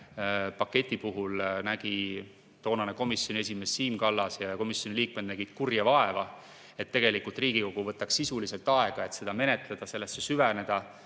paketi puhul nägid toonane komisjoni esimees Siim Kallas ja komisjoni liikmed kurja vaeva, et Riigikogu võtaks sisuliselt aega, et seda menetleda, sellesse süveneda,